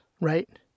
right